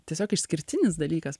tiesiog išskirtinis dalykas